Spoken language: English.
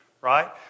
right